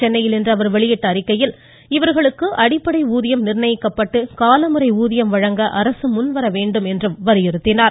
சென்னையில் இன்று அவர் வெளியிட்டுள்ள அறிக்கையில் இவர்களுக்கு அடிப்படை ஊதியம் நிர்ணயிக்கப்பட்டு காலமுறை ஊதியம் வழங்க அரசு முன்வர வேண்டும் என்றும் கேட்டுக்கொண்டுள்ளார்